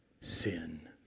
sin